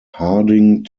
harding